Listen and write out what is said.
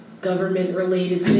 government-related